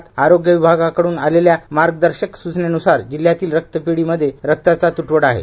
अश्या काळात आरोग्य विभागाकडून आलेल्या मार्गदर्शक सुचनेन्सार जिल्ह्यातील रक्तपिढीमध्ये रक्ताचा त्टवडा आहे